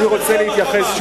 אתם עצמכם ה"חמאס".